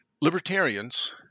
Libertarians